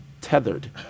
tethered